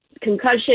concussion